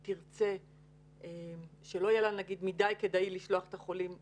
לא יהיה מדי כדאי לשלוח את החולים לפנימיות,